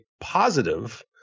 positive